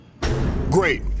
Great